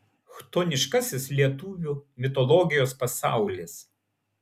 chtoniškasis lietuvių mitologijos pasaulis